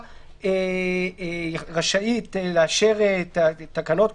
להגיד עכשיו שמפתחים את זה ויש מכרזים ויש בדיקות מהירות זה טוב ויפה,